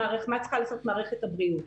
מה צריכה לעשות מערכת הבריאות.